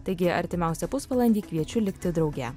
taigi artimiausią pusvalandį kviečiu likti drauge